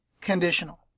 conditional